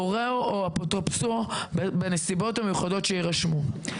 הורהו או אפוטרופסו, בנסיבות מיוחדות שיירשמו.